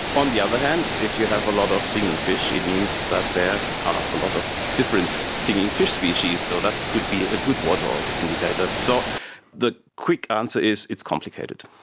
on the other hand, if you have a lot of singing fish it means that there are a lot of different singing fish species, so that could be a good water indicator. so the quick answer is it's complicated.